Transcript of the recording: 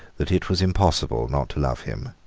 that it was impossible not to love him.